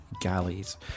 Galleys